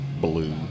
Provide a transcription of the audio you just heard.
blue